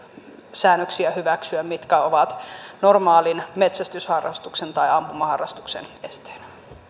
säännöksiä mitkä ovat normaalin metsästysharrastuksen tai ampumaharrastuksen esteenä